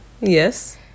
yes